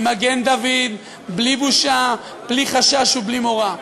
עם מגן-דוד, בלי בושה, בלי חשש ובלי מורא.